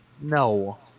No